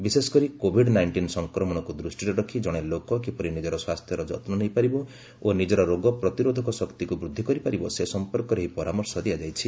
ବିଶେଷ କରି covid nineteen ସଂକ୍ରମଣକୁ ଦୃଷ୍ଟିରେ ରଖି ଜଣେ ଲୋକ କିପରି ନିଜର ସ୍ୱାସ୍ଥ୍ୟର ଯତ୍ନ ନେଇପାରିବ ଓ ନିଜର ରୋଗ ପ୍ରତିରୋଧକ ଶକ୍ତିକୁ ବୃଦ୍ଧି କରିପାରିବ ସେ ସମ୍ପର୍କରେ ଏହି ପରାମର୍ଶ ଦିଆଯାଇଛି